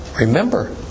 Remember